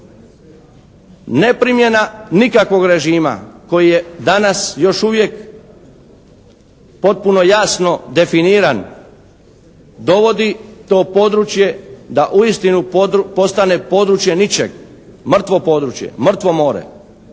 Ne primjena nikakvog režima koji je danas još uvijek potpuno jasno definiran dovodi to područje da uistinu postane područje ničega, mrtvo područje, mrtvo more.